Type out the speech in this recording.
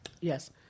yes